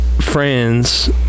friends